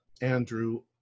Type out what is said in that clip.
Andrew